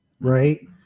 Right